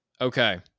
Okay